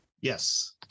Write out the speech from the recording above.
Yes